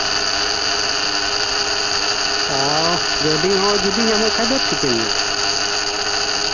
ᱚ ᱸᱻ ᱜᱟᱹᱰᱤ ᱦᱚᱸ ᱡᱩᱫᱤ ᱧᱟᱢᱚᱜ ᱠᱷᱟᱡ ᱫᱚ ᱴᱷᱤᱠᱟᱹᱱ ᱜᱮᱭᱟ